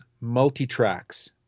multi-tracks